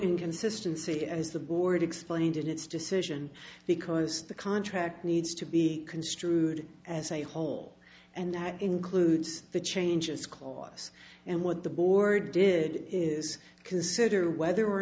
inconsistency as the board explained in its decision because the contract needs to be construed as a whole and that includes the changes clause and what the board did is consider whether or